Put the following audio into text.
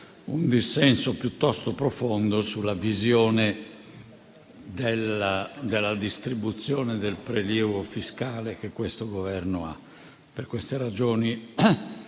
un dissenso piuttosto profondo sulla visione della distribuzione del prelievo fiscale che ha questo Governo. Per queste ragioni,